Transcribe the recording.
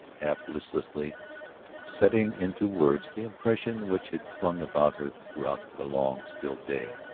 half listlessly setting into words the impression which had clung about her throughout the long, still day.